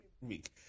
week